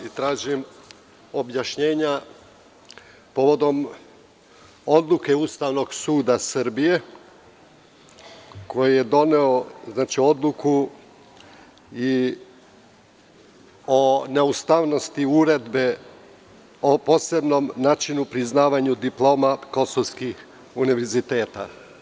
Tražim objašnjenja povodom odluke Ustavnog suda Srbije, koji je doneo odluku, i o ne ustavnosti Uredbe o posebnom načinu priznavanja diploma kosovskih univerziteta.